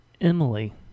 Emily